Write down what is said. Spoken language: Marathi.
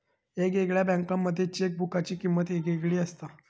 येगयेगळ्या बँकांमध्ये चेकबुकाची किमंत येगयेगळी असता